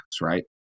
right